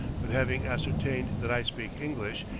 but having ascertained that i speak english,